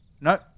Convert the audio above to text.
no